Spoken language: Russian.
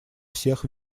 всех